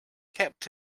kept